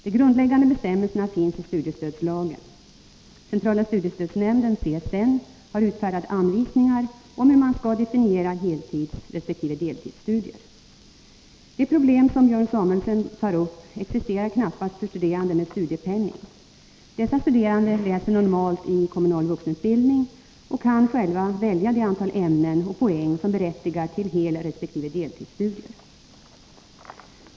De grundläggande bestämmelserna finns i studiestödslagen. Centrala studiestödsnämnden har utfärdat anvisningar om hur man skall definiera heltidsresp. deltidsstudier. De problem som Björn Samuelson tar upp existerar knappast för studerande med studiepenning. Dessa studerande läser normalt i kommunal vuxenutbildning och kan själva välja det antal ämnen och poäng som berättigar till helresp. deltidsstudier.